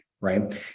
right